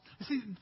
See